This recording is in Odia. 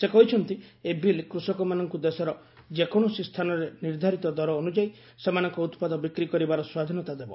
ସେ କହିଛନ୍ତି ଏହି ବିଲ୍ କୃଷକମାନଙ୍କୁ ଦେଶର ଯେକୌଣସି ସ୍ଥାନରେ ନିର୍ଦ୍ଧାରିତ ଦର ଅନୁଯାୟୀ ସେମାନଙ୍କ ଉତ୍ପାଦ ବିକ୍ରି କରିବାର ସ୍ୱାଧୀନତା ଦେବ